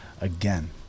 again